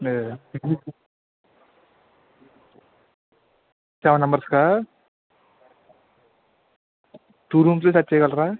seven members కా two rooms ఏ set చేయగలరా